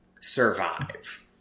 survive